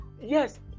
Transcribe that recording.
yes